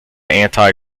anti